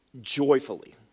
joyfully